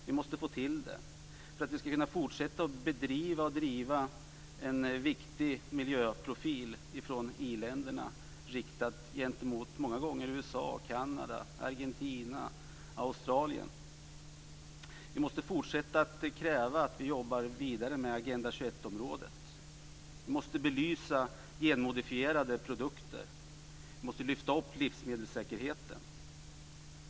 Vi måste få till det för att vi ska kunna fortsätta att driva en viktig miljöprofil från i-länderna, riktat många gånger mot USA, Kanada, Argentina och Australien. Vi måste fortsätta att kräva att vi jobbar vidare med Agenda 21-området. Vi måste belysa genmodifierade produkter. Vi måste lyfta upp livsmedelssäkerheten.